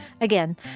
Again